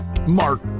mark